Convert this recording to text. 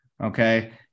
Okay